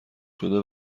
شده